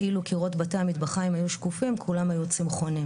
ולכן, החקיקה הזאת חשובה.